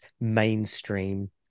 mainstream